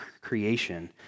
creation